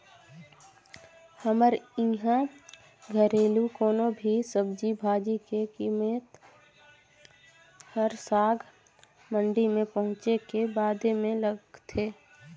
हमर इहां घरेलु कोनो भी सब्जी भाजी के कीमेत हर साग मंडी में पहुंचे के बादे में लगथे